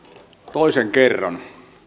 toisen kerran